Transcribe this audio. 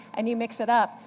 and you mix it up,